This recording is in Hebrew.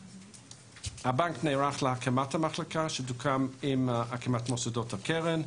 הבנק נערך להקמת המחלקה שתוקם עם הקמת מוסדות הקרן.